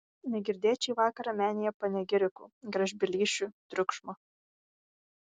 negirdėt šį vakarą menėje panegirikų gražbylysčių triukšmo